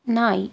நாய்